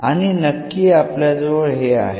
आणि नक्की आपल्याजवळ हे आहे